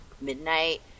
midnight